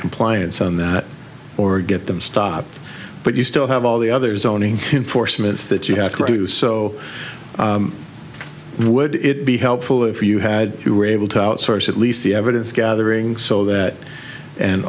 compliance on that or get them stopped but you still have all the others owning enforcements that you have to do so would it be helpful if you had you were able to outsource at least the evidence gathering so that and